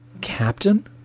Captain